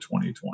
2020